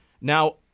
Now